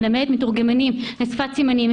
אני מלמדת מתורגמנים שפת סימנים.